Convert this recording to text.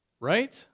right